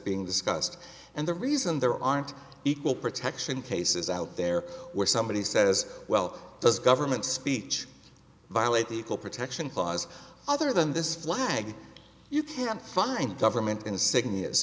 being discussed and the reason there aren't equal protection cases out there where somebody says well does government speech violate the equal protection clause other than this flag you can't find government insi